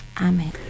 Amen